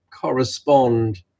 correspond